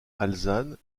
alezane